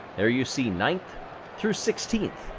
there you see ninth through sixteenth.